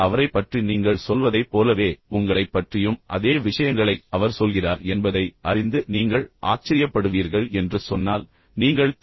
அவரைப் பற்றி நீங்கள் சொல்வதைப் போலவே உங்களைப் பற்றியும் அதே விஷயங்களைச் அவர் அவர் சொல்கிறார் என்பதை அறிந்து நீங்கள் ஆச்சரியப்படுவீர்கள் என்று சொன்னால் நீங்கள் திரு